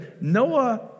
Noah